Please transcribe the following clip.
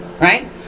right